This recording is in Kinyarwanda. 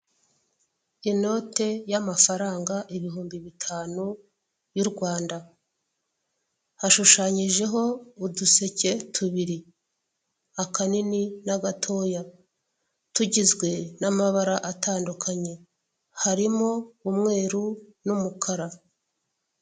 Inote y'amafaranga ibihumbi bitanu y'u Rwanda hashushanyijeho uduseke tubiri akanini n'agatoya, tugizwe n'amabara atandukanye harimo umweru n'umukara.